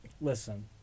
Listen